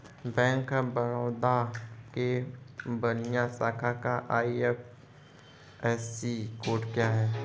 Bank of Baroda के बलिया शाखा का आई.एफ.एस.सी कोड क्या है?